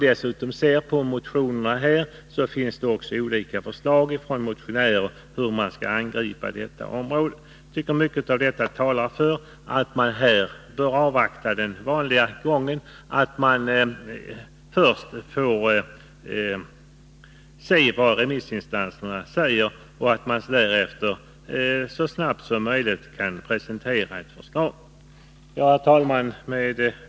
Det finns också förslag från olika motionärer till hur man skall angripa detta område. Mycket av detta talar för att vi här bör tillämpa den vanliga gången, att man avvaktar vad remissinstanserna säger och därefter så snabbt som möjligt presenterar ett förslag. Herr talman!